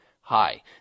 Hi